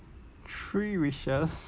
three wishes